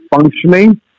functioning